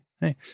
hey